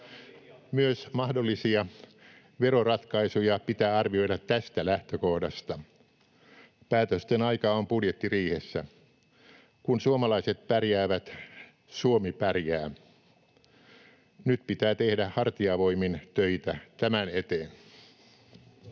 Myös mahdollisia veroratkaisuja pitää arvioida tästä lähtökohdasta. Päätösten aika on budjettiriihessä. Kun suomalaiset pärjäävät, Suomi pärjää. Nyt pitää tehdä hartiavoimin töitä tämän eteen.